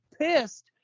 pissed